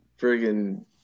friggin